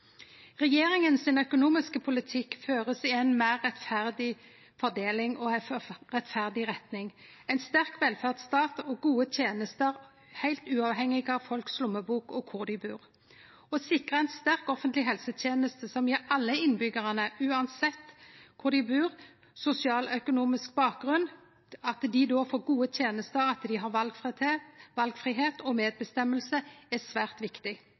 økonomiske politikken til regjeringa fører til meir rettferdig fordeling og ei rettferdig retning, ein sterk velferdsstat og gode tenester heilt uavhengig av lommeboka til folk og kvar dei bur. Å sikre ei sterk offentleg helseteneste som gjev alle innbyggjarane – uansett kvar dei bur, og uansett sosial og økonomisk bakgrunn